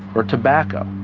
or tobacco.